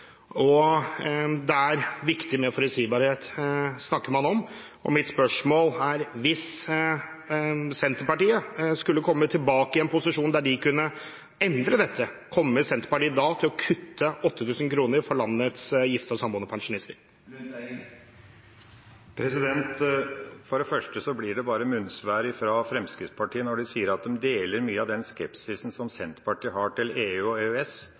pensjonister. Det er viktig med forutsigbarhet, snakker man om. Mitt spørsmål er: Hvis Senterpartiet skulle komme tilbake i en posisjon der de kunne endre dette – kommer Senterpartiet da til å kutte 8 000 kr for landets gifte og samboende pensjonister? For det første blir det bare munnsvær fra Fremskrittspartiet når de sier at de deler mye av den skepsisen Senterpartiet har til EU og EØS,